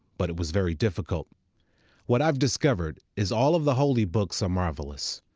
but it was very difficult what i've discovered is all of the holy books are marvelous,